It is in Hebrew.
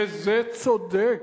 וזה צודק,